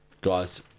Guys